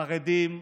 חרדים,